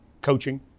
Coaching